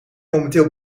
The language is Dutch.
momenteel